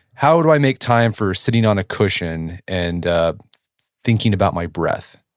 how do i make time for sitting on a cushion, and thinking about my breath?